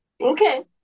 Okay